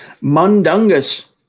Mundungus